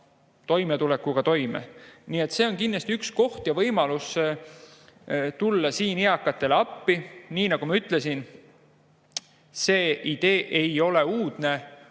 enam toime. Nii et siin on kindlasti üks koht ja võimalus tulla eakatele appi. Nagu ma ütlesin, see idee ei ole uudne.